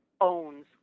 owns